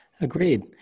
Agreed